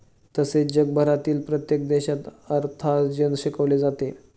तसेच जगभरातील प्रत्येक देशात अर्थार्जन शिकवले जाते